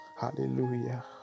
hallelujah